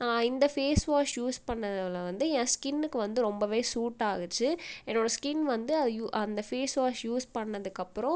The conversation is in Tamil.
இந்த ஃபேஸ் வாஷ் யூஸ் பண்ணிணதுல வந்து என் ஸ்கின்னுக்கு வந்து ரொம்பவே சூட்டாச்சு என்னோட ஸ்கின் வந்து அந்த பேஸ் வாஷ் யூஸ் பண்ணதுக்கப்புறோம்